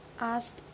asked